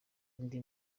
ndi